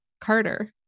Carter